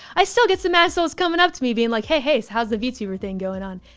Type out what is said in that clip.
i still get some assholes coming up to me being like, hey, hey, so how's the vtuber thing going on?